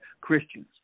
Christians